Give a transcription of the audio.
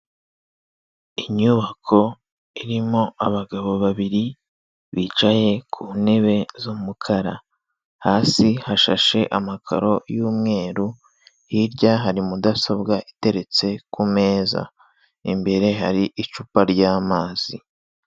Inyubako irimo abagabo babiri, bicaye ku ntebe z'umukara, hasi hashashe amakaro y'umweru, hirya hari mudasobwa iteretse ku meza, imbere hari icupa ry'amazi.